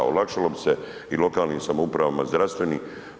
Olakšalo bi se o lokalnim samoupravama, zdravstvenim.